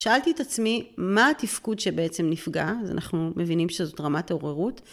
שאלתי את עצמי מה התפקוד שבעצם נפגע, אז אנחנו מבינים שזאת רמת העוררות.